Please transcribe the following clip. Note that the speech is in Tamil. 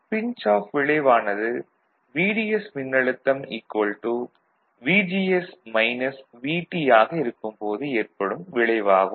பின்ச் ஆஃப் விளைவு ஆனது VDS மின்னழுத்தம் VGS - VT ஆக இருக்கும்போது ஏற்படும் விளைவு ஆகும்